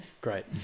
Great